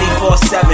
24-7